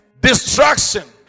destruction